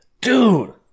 Dude